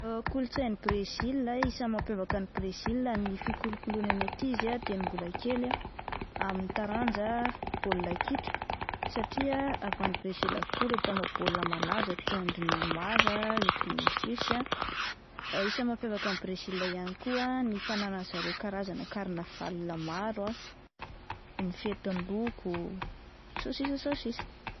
Kolotsain'i Brezila, isan'ny mampiavaka an'i Brezila ny fikolokoloina ny ankizy ah dieny mbola kely amin'ny taranja baolina kitra satria avy any Brezila avokoa ireo mpanao baolina malaza toa andry Neymar ah, ry Vinicus ah. Isan'ny mampiavaka an'i Brezila ihany koa ny fananany zareo karazana karnaval maro ah ,ny fetin-doko sns...